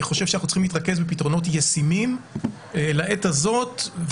אני חושב שאנחנו צריכים להתמקד בפתרונות ישימים לעת הזאת,